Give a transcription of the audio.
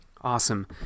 Awesome